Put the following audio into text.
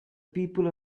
people